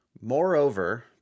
Moreover